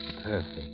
Perfect